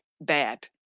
bad